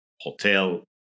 hotel